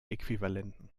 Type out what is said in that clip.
äquivalenten